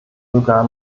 sogar